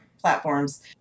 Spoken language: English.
platforms